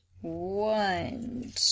One